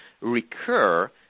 recur